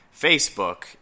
Facebook